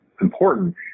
important